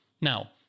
Now